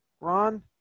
Ron